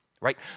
right